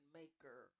maker